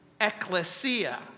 ecclesia